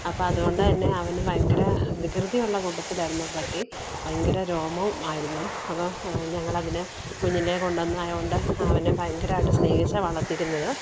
അപ്പം അതുകൊണ്ട് തന്നെ അവൻ ഭയങ്കര വികൃതിയുള്ള കൂട്ടത്തിലായിരുന്നു പട്ടി ഭയങ്കര രോമവും ആയിരുന്നു അപ്പം ഞങ്ങളതിനെ കുഞ്ഞിലേ കൊണ്ടുവന്നത് ആയതുകൊണ്ട് അവനെ ഭയങ്കരമായിട്ട് സ്നേഹിച്ചാണ് വളര്ത്തിയിരുന്നത്